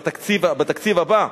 בתקציב הבא,